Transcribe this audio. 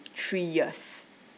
three years